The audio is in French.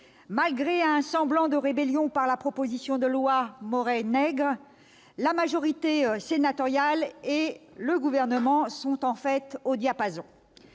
Malgré un semblant de rébellion avec la proposition de loi Maurey-Nègre, la majorité sénatoriale et le Gouvernement sont en fait au diapason.